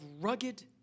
rugged